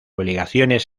obligaciones